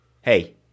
hey